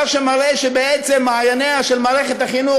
דבר שמראה שבעצם מעייניה של מערכת החינוך,